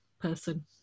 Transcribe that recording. person